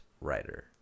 writer